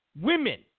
women